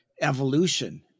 evolution